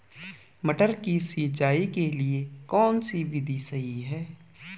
मटर की सिंचाई के लिए कौन सी विधि सही है?